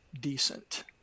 decent